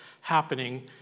happening